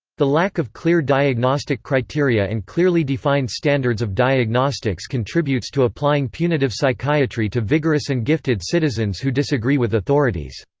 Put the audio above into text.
the lack of clear diagnostic criteria and clearly defined standards of diagnostics contributes to applying punitive psychiatry to vigorous and gifted citizens who disagree with authorities.